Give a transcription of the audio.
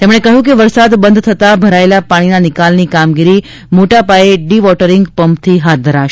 તેમણે કહ્યું કે વરસાદ બંધ થતા ભરાયેલા પાણીના નિકાલની કામગીરી મોટાપાયે ડિવોટરિંગ પંપથી હાથ ધરાશે